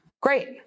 Great